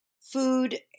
food